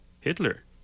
Hitler